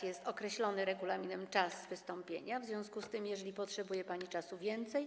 Jest określony regulaminem czas wystąpienia, w związku z tym, jeżeli potrzebuje pani więcej czasu.